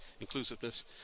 inclusiveness